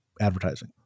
advertising